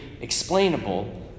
explainable